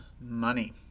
money